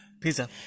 Pizza